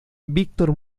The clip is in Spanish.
víctor